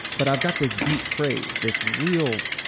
but i've got this deep crave, this real